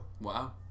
Wow